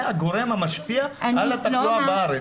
שזה הגורם המשפיע על התחלואה בארץ.